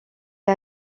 est